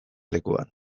lekuan